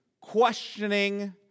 questioning